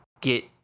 get